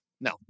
No